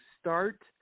start